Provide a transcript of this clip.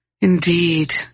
Indeed